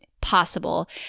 possible